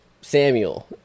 samuel